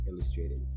Illustrated